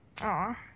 Aw